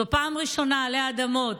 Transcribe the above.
זו הפעם הראשונה עלי אדמות